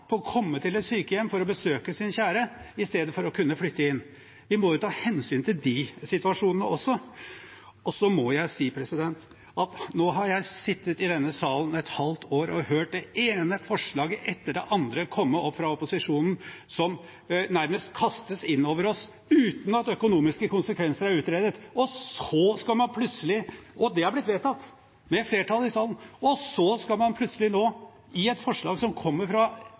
på å komme til et sykehjem for å besøke sin kjære, istedenfor å kunne flytte inn. Vi må ta hensyn til de situasjonene også. Så må jeg si at nå har jeg sittet i denne salen et halvt år og hørt det ene forslaget etter det andre komme fra opposisjonen, de nærmest kastes inn over oss uten at økonomiske konsekvenser er utredet – og de har blitt vedtatt, med flertall i salen. Så skal man plutselig nå, til et forslag som kommer fra